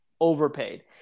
overpaid